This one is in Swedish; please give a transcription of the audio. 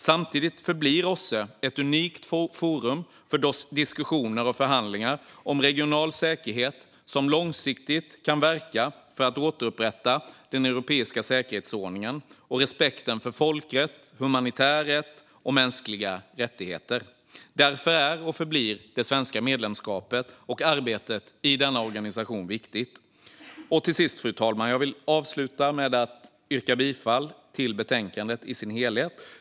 Samtidigt förblir OSSE ett unikt forum för diskussioner och förhandlingar om regional säkerhet som långsiktigt kan verka för att återupprätta den europeiska säkerhetsordningen och respekten för folkrätt, humanitär rätt och mänskliga rättigheter. Därför är och förblir det svenska medlemskapet och arbetet i denna organisation viktigt. Fru talman! Jag vill avsluta med att yrka bifall till betänkandet i dess helhet.